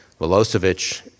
milosevic